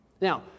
Now